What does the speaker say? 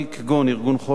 כגון ארגון "חושן",